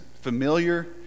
familiar